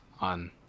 on